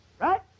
right